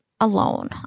alone